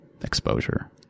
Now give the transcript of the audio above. exposure